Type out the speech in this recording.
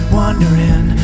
wondering